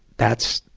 that's,